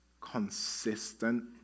consistent